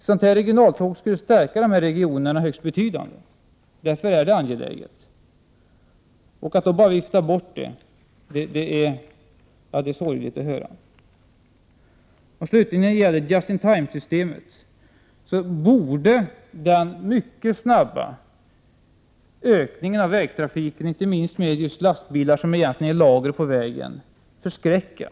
Regionaltåget skulle stärka dessa regioner högst påtagligt. Därför är det angeläget. Det är sorgligt att höra att detta bara viftas bort. När det gäller Just-in-Time-systemet borde den mycket snabba ökningen av vägtrafiken, inte minst med lastbilar som egentligen är lager på vägen, förskräcka.